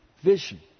vision